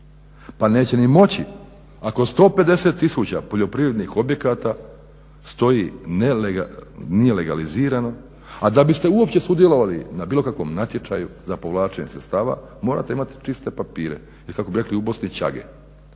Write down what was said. Pa neće ni moći ako 150000 poljoprivrednih objekata stoji, nije legalizirano, a da biste uopće sudjelovali na bilo kakvom natječaju za povlačenje sredstava morate imati čiste papire ili kako bi rekli u Bosni čage.